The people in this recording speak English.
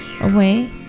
away